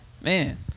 man